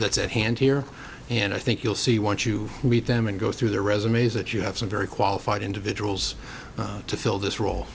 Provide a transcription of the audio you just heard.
that's at hand here and i think you'll see want you to meet them and go through the resumes that you have some very qualified individuals to fill this role